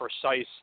precise